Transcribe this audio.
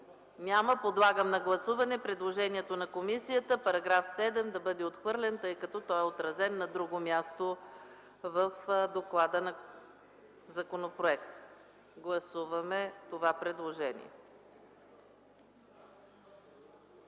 Няма. Подлагам на гласуване предложението на комисията § 7 да бъде отхвърлен, тъй като той е отразен на друго място в доклада на законопроекта. Гласували 111 народни